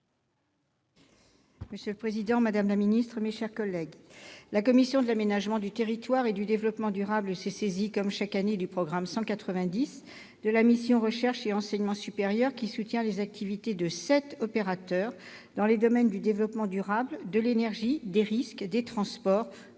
Monsieur le président, madame la ministre, mes chers collègues, la commission de l'aménagement du territoire et du développement durable s'est saisie, comme chaque année, du programme 190 de la mission « Recherche et enseignement supérieur », qui soutient les activités de sept opérateurs dans les domaines du développement durable, de l'énergie, des risques, des transports,